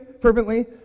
fervently